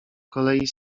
kolei